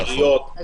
עיריות,